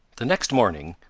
the next morning,